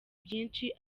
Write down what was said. byinshi